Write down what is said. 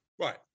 Right